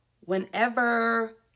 whenever